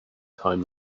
time